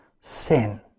sin